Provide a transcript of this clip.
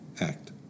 Act